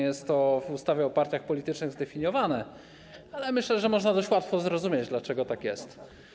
Jest to w ustawie o partiach politycznych zdefiniowane, ale myślę, że można dość łatwo zrozumieć, dlaczego tak jest.